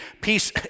peace